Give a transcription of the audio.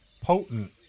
potent